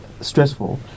stressful